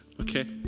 okay